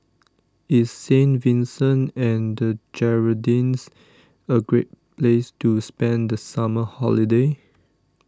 is Saint Vincent and the Grenadines a great place to spend the summer holiday